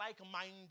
like-minded